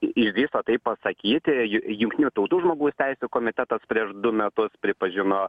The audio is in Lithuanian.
išdrįso tai pasakyti jun jungtinių tautų žmogaus teisių komitetas prieš du metus pripažino